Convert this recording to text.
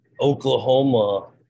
oklahoma